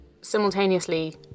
simultaneously